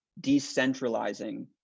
decentralizing